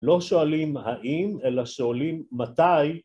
‫לא שואלים האם, אלא שואלים מתי.